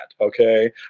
okay